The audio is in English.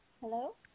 Hello